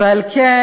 אבל זו עובדה.